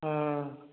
ହଁ